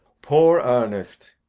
poor ernest!